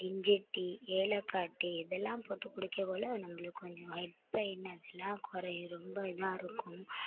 இஞ்சி டீ ஏலக்காய் டீ இதெல்லாம் போட்டு குடிக்ககுள்ளே நம்மளுக்கு கொஞ்சம் ஹெட் பெயின் அதெலாம் குறையும் ரொம்ப இதாக இருக்கும்